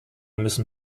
müssen